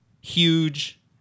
huge